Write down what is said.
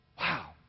Wow